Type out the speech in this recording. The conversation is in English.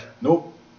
Nope